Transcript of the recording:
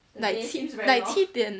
like 七点